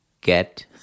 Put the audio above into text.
Get